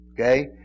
okay